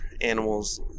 animals